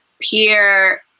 peer